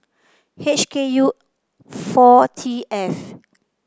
H K U four T F